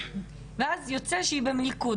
ואז יוצא שהיא במלכוד,